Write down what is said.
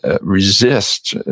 resist